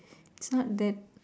it's not that